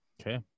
okay